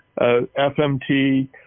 FMT